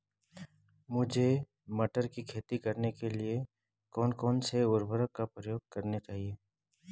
मुझे मटर की खेती करने के लिए कौन कौन से उर्वरक का प्रयोग करने चाहिए?